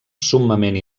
summament